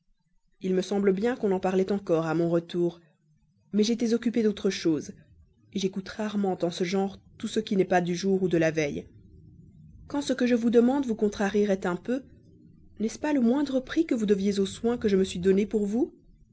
il me semble bien qu'on en parlait encore à mon retour mais j'étais occupée d'autre chose j'écoute rarement en ce genre tout ce qui n'est pas du jour ou de la veille quand ce que je vous demande vous contrarierait un peu n'est-ce pas le moindre prix que vous deviez aux soins que je me suis donnés pour vous